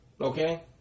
Okay